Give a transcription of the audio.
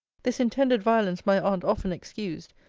this intended violence my aunt often excused,